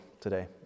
today